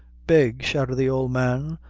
beg! shouted the old man,